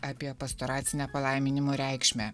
apie pastoracinę palaiminimo reikšmę